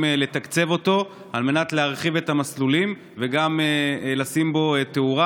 לתקצב אותו על מנת להרחיב את המסלולים וגם לשים בו תאורה.